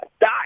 Die